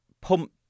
pump